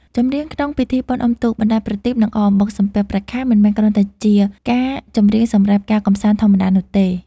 ចម្រៀងក្នុងពិធីបុណ្យអុំទូក បណ្តែតប្រទីប និងអកអំបុក សំពះព្រះខែ មិនមែនគ្រាន់តែជាការចម្រៀងសម្រាប់ការកម្សាន្តធម្មតានោះទេ។